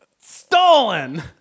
Stolen